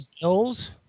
Bills